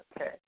Okay